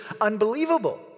unbelievable